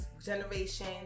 generation